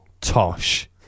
tosh